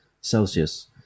celsius